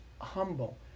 humble